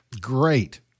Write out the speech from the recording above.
Great